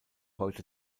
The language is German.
heute